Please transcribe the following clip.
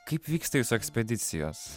kaip vyksta jūsų ekspedicijos